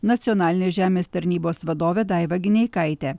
nacionalinės žemės tarnybos vadovę daivą gineikaitę